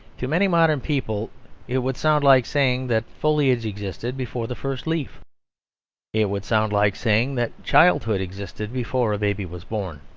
to many modern people it would sound like saying that foliage existed before the first leaf it would sound like saying that childhood existed before a baby was born.